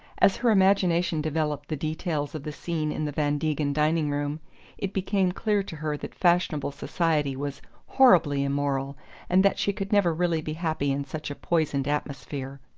as her imagination developed the details of the scene in the van degen dining-room it became clear to her that fashionable society was horribly immoral and that she could never really be happy in such a poisoned atmosphere.